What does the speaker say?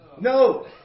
No